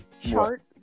chart